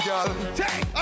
Take